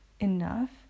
enough